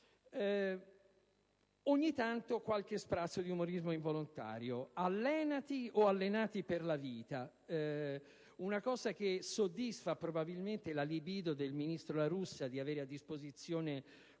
Ogni tanto c'è qualche sprazzo di umorismo involontario: allènati o allenàti per la vita. Una cosa che soddisfa probabilmente la libido del ministro La Russa: avere a disposizione